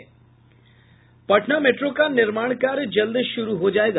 Patna metro का निर्माण कार्य जल्द शुरु हो जायेगा